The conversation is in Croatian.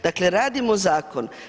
Dakle, radimo zakon.